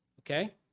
okay